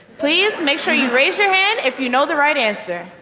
please, make sure you raise your hand if you know the right answer.